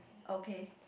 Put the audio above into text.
okay